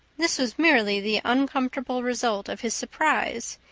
this was merely the uncomfortable result of his surprise,